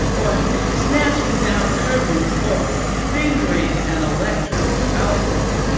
or smashing down curtains, or fingering an electric outlet,